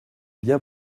bien